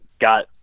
Got